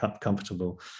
comfortable